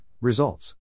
Results